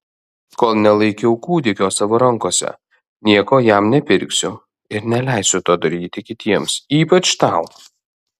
kol nelaikau kūdikio savo rankose nieko jam nepirksiu ir neleisiu to daryti kitiems ypač tau